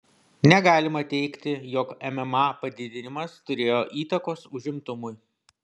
negalima teigti jog mma padidinimas turėjo įtakos užimtumui